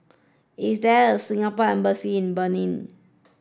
is there a Singapore Embassy in Benin